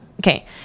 okay